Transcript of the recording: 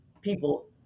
people